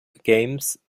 games